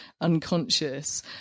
unconscious